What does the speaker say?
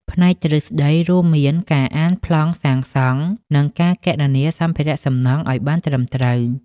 ផ្នែកទ្រឹស្តីរួមមានការអានប្លង់សាងសង់និងការគណនាសម្ភារសំណង់ឱ្យបានត្រឹមត្រូវ។